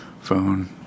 phone